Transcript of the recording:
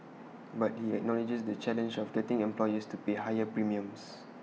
but he acknowledges the challenge of getting employers to pay higher premiums